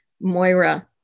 Moira